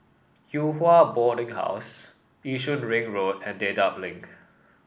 Yew Hua Boarding House Yishun Ring Road and Dedap Link